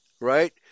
right